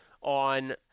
on